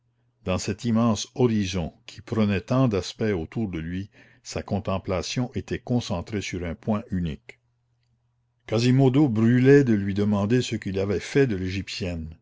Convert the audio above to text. dans cet immense horizon qui prenait tant d'aspects autour de lui sa contemplation était concentrée sur un point unique quasimodo brûlait de lui demander ce qu'il avait fait de l'égyptienne